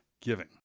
giving